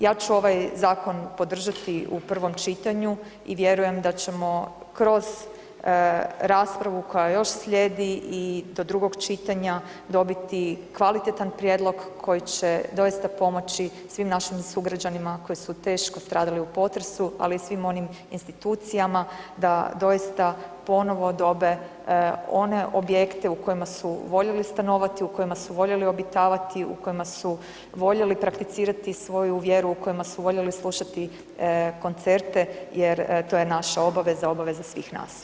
Ja ću ovaj zakon podržati u prvom čitanju i vjerujem da ćemo kroz raspravu koja još slijedi i do drugog čitanja dobiti kvalitetan prijedlog koji će doista pomoći svim našim sugrađanima koji su teško stradali u potresu, ali i svim onim institucijama da doista ponovo dobe one objekte u kojima su voljeli stanovati, u kojima su voljeli obitavati, u kojima su voljeli prakticirati svoju vjeru, u kojima su voljeli slušati koncerte jer to je naša obaveza, obaveza svih nas.